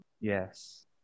Yes